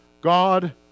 God